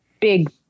big